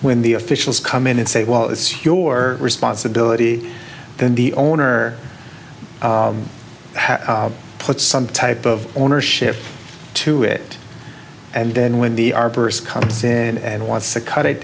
when the officials come in and say well it's your responsibility then the owner has put some type of ownership to it and then when the arborist comes in and wants to cut it